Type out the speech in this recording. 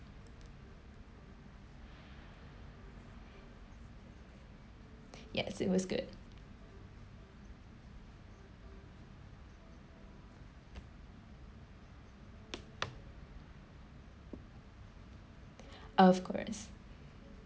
yes it was good of course